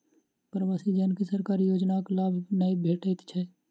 प्रवासी जन के सरकारी योजनाक लाभ नै भेटैत छै